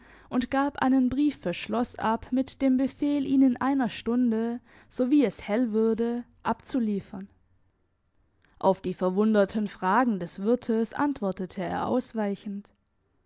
und gab einen brief fürs schloss ab mit dem befehl ihn in einer stunde sowie es hell würde abzuliefern auf die verwunderten fragen des wirtes antwortete er ausweichend